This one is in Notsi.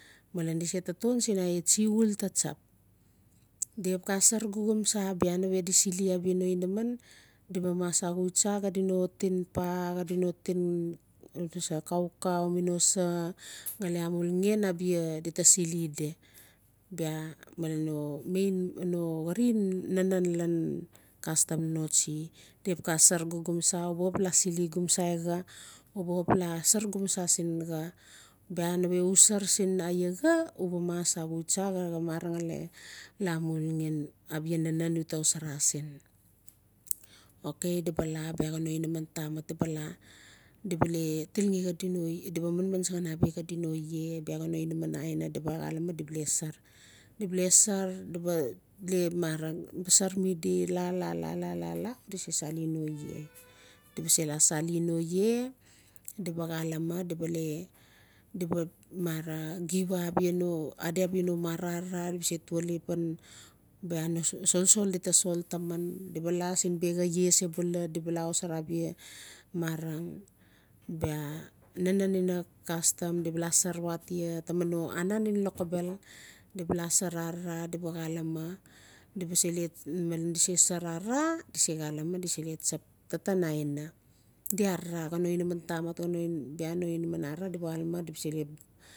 Malen di se taton sin aia tsi uul ta se tsap di xap xa sar gomgomsa bia nawe di sili abia no inaman di ba mas axui tsa xadi no tin paa xadi no tin xaukau mi no sa ngali amuluingen abia di ta sili di bia malen no main no xarin nanen lan kastam notsi di xap xa sar gomgomsa u ba xap la sili gomsai xa u ba xap la sar gomsa siin xa bia nawe u sar sin xa uba mas axuu tsa xaxa marang ngali la amulugen abia nanen uta xosara sin okay di ba la bia xano inamantamata di ba la di ba le tilngi xadi no le di ba manman sangan abia xadi no ie bia xan no inaman aina di ba xalame di ba le sar di ba le sar di ba le mara sar mi di la-la-la-la di se sali no ie di ba se la sali no ie di ba xalame di ba le di ba mara giva abia no adi abia no mara arara di ba se tueli pan mara solsol di ta sol taman di bala sin biaxa ie sebula di ba la xosara abia mara bia nanen ina kastam di ba la sar watia taman no aran ngen lokobel di ba la sar arara di ba la xalame di ba sele malen di se sar arara di se calame di se le tsap taten aina di arara ngan no inaman tamat mi bia no inaman arara di ba sele